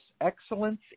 Excellence